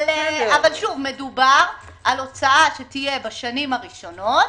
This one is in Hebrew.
אבל מדובר בהוצאה שתהיה בשנים הראשונות,